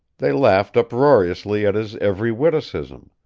they laughed uproariously at his every witticism.